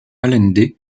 allende